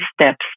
steps